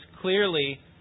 clearly